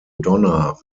donna